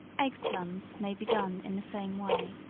egg plums may be done in the same way.